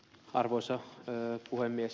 arvoisa puhemies